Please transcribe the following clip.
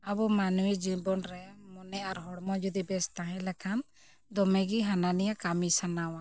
ᱟᱵᱚ ᱢᱟᱹᱱᱢᱤ ᱡᱤᱵᱚᱱ ᱨᱮ ᱢᱚᱱᱮ ᱟᱨ ᱦᱚᱲᱢᱚ ᱡᱩᱫᱤ ᱵᱮᱥ ᱛᱟᱦᱮᱸ ᱞᱮᱱᱠᱷᱟᱱ ᱫᱚᱢᱮᱜᱮ ᱦᱟᱱᱟ ᱱᱤᱭᱟᱹ ᱠᱟᱹᱢᱤ ᱥᱟᱱᱟᱣᱟ